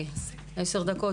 בעשר דקות.